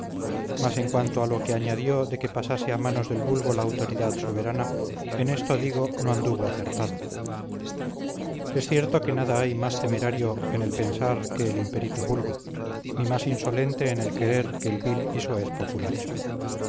mas en cuanto a lo que añadió de que pasase a manos del vulgo la autoridad soberana en esto digo no anduvo acertado es cierto que nada hay más temerario en el pensar que el imperito vulgo ni más insolente en el querer que el vil y soez populacho